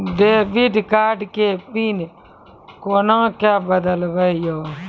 Debit card के PIN कोना के बदलबै यो?